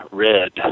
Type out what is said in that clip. red